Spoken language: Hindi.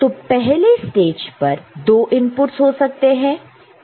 तो पहले स्टेज पर दो इनपुट्स हो सकते हैं